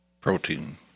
Protein